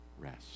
rest